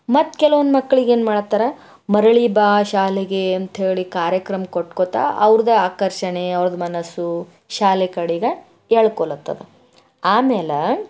ಮತ್ತೆ ಕೆಲವೊಂದು ಮಕ್ಳಿಗೆ ಏನು ಮಾಡಾತ್ತಾರ ಮರಳಿ ಬಾ ಶಾಲೆಗೆ ಅಂಥೇಳಿ ಕಾರ್ಯಕ್ರಮ ಕೊಟ್ಕೋತಾ ಅವ್ರದ್ದ ಆಕರ್ಷಣೆ ಅವ್ರದ್ದ ಮನಸ್ಸು ಶಾಲೆ ಕಡೆಗೆ ಎಳ್ಕೊಳಾತ್ತದ ಆಮೇಲೆ